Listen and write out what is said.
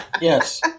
Yes